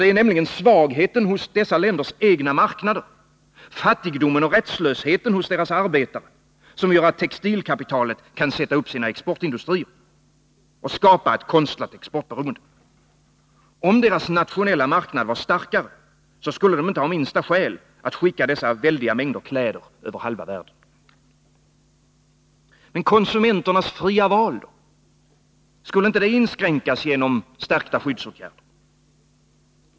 Det är nämligen svagheten hos dessa länders egna marknader, fattigdom och rättslöshet hos deras arbetare, som gör att kapitalet kan sätta upp sina exportindustrier och skapa ett konstlat exportberoende. Om deras nationella marknad vore starkare, skulle de inte ha minsta skäl att skicka dessa väldiga mängder kläder över halva världen. Men konsumenternas fria val då? Skulle det inte inskränkas genom stärkta skyddsåtgärder?